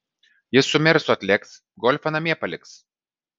jis su mersu atlėks golfą namie paliks